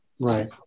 right